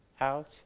out